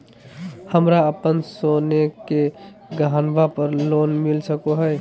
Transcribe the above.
हमरा अप्पन सोने के गहनबा पर लोन मिल सको हइ?